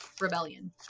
rebellion